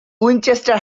winchester